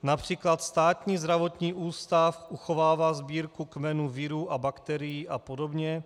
Například Státní zdravotní ústav uchovává sbírku kmenů virů a bakterií apod.